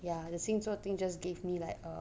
ya the 星座 thing just gave me like a